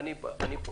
אני פה.